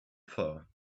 far